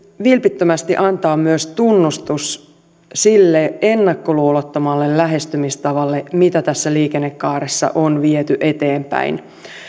vilpittömästi antaa myös tunnustus sille ennakkoluulottomalle lähestymistavalle mitä tässä liikennekaaressa on viety eteenpäin